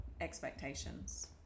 expectations